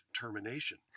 termination